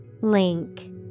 Link